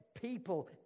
people